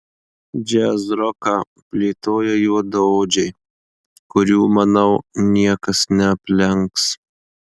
džiazroką plėtoja juodaodžiai kurių manau niekas neaplenks